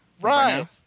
Right